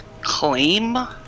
claim